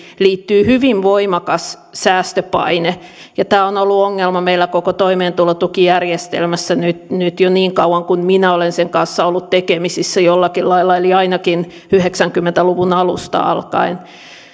liittyy hyvin voimakas säästöpaine ja tämä on ollut ongelma meillä koko toimeentulotukijärjestelmässä jo niin kauan kuin minä olen sen kanssa ollut tekemisissä jollakin lailla eli ainakin yhdeksänkymmentä luvun alusta alkaen